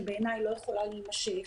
שבעיניי לא יכולה להימשך.